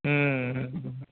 હં હંહં